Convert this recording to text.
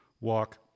walk